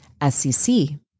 SCC